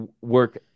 work